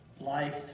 life